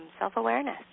self-awareness